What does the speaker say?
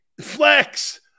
Flex